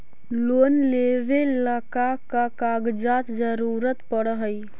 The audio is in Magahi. लोन लेवेला का का कागजात जरूरत पड़ हइ?